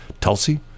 Tulsi